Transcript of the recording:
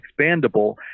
expandable